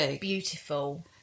beautiful